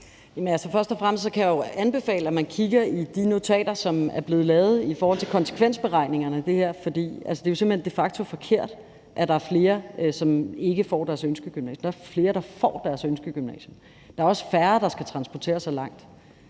jeg anbefale, at man kigger i de notater, der er blevet lavet, i forhold til konsekvensberegningerne, for det er jo simpelt hen de facto forkert, at der er flere, der ikke kommer ind på deres ønskegymnasium. Der er flere, der kommer ind på deres ønskegymnasium. Der er også færre, der skal transportere sig langt.